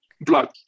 blood